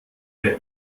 der